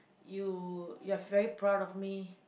you you are very proud of me